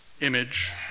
image